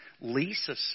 Lisa